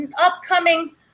upcoming